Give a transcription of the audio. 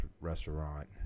restaurant